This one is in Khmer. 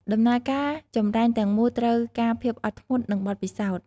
ដំណើរការចម្រាញ់ទាំងមូលត្រូវការភាពអត់ធ្មត់ និងបទពិសោធន៍។